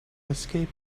escape